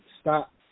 stop